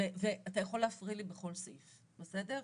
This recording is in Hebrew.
ואתה יכול להפריע לי בכל סעיף, בסדר?